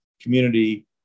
community